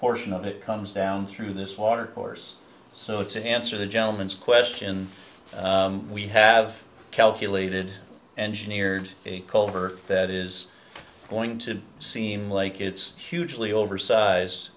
portion of it comes down through this water course so it's answer the gentleman's question we have calculated engineered colver that is going to seem like it's hugely oversize